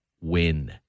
win